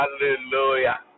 Hallelujah